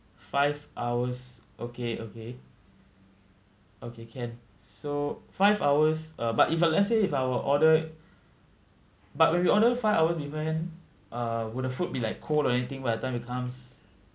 five hours okay okay okay can so five hours uh but if let's say if I were order but when we order five hours beforehand uh would the food be like cold or anything by the time it comes